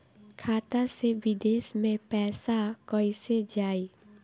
खाता से विदेश मे पैसा कईसे जाई?